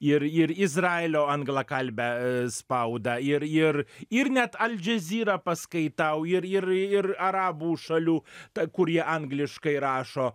ir ir izraelio anglakalbę spaudą ir ir ir net al jazeera paskaitau ir ir ir arabų šalių t kurie angliškai rašo